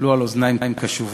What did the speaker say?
ייפלו על אוזניים קשובות.